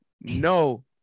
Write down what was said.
No